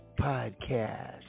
podcast